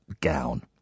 gown